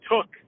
took